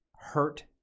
hurt